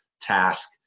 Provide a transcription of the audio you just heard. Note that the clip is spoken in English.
task